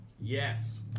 Yes